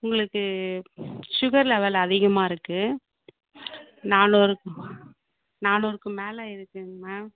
உங்களுக்கு sugar level அதிகமாக இருக்கு நானூறு நானூறுக்கு மேலே இருக்குங்க மேம்